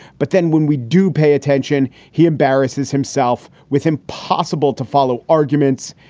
but then when we do pay attention, he embarrasses himself with impossible to follow arguments,